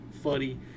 funny